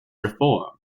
reform